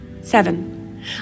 Seven